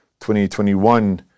2021